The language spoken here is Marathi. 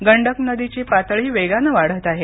गंडक नदीची पातळी वेगानं वाढत आहे